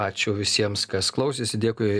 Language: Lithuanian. ačiū visiems kas klausėsi dėkui